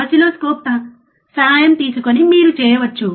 oscilloscope సహాయం తీసుకొని మీరు చేయవచ్చు